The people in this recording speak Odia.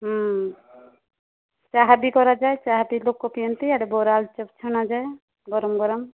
ହଁ ଚାହା ବି କରାଯାଏ ଚାହା ବି ଲୋକ ପିଅନ୍ତି ଇଆଡ଼େ ବରା ଆଳୁଚପ୍ ଛଣାଯାଏ ଗରମ ଗରମ